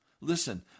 Listen